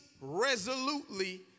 resolutely